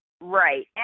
right